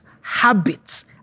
habits